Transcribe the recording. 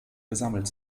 gesammelt